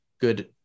good